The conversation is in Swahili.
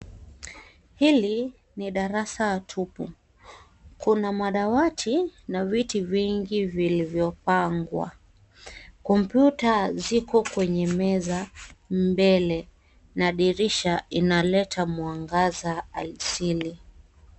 Hili ni darasa tupu, kuna madawati na viti vingi vilivyopangwa. Kompyuta ziko kwenye meza mbele na dirisha inaleta mwangaza asili.